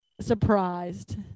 surprised